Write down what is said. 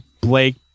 Blake